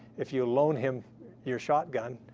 if you loan him your shotgun,